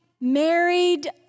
married